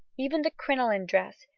even the crinoline dress,